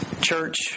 Church